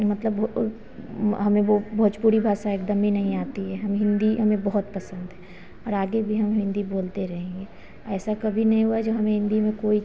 मतलब हमें वह भोजपुरी भाषा एकदम ही नहीं आती है हम हिन्दी हमें बहुत पसन्द है और आगे भी हम हिन्दी बोलते रहेंगे ऐसा कभी नहीं हुआ है जो हमें हिन्दी में कोई